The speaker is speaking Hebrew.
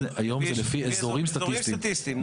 היום זה לפי אזורים סטטיסטיים.